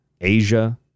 Asia